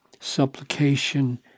supplication